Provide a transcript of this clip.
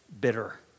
bitter